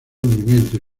hundimiento